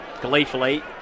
gleefully